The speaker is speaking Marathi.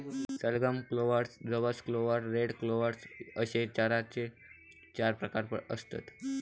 सलगम, क्लोव्हर, जवस क्लोव्हर, रेड क्लोव्हर अश्ये चाऱ्याचे चार प्रकार आसत